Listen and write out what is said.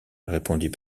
répondit